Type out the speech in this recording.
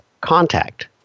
contact